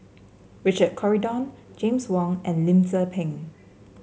Richard Corridon James Wong and Lim Tze Peng